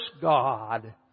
God